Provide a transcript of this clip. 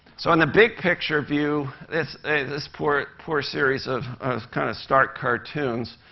so in the big-picture view, this this poor poor series of kind of stark cartoons,